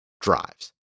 drives